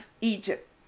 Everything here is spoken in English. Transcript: Egypt